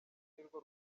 nirwo